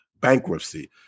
bankruptcy